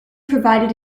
provided